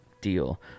Deal